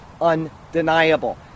undeniable